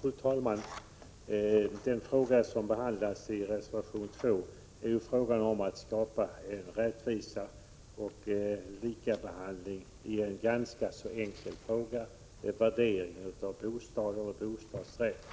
Fru talman! Den fråga som behandlas i reservation 2 är frågan om att skapa en rättvisa och en likabehandling i en ganska enkel fråga, värdering av bostad och bostadsrätt.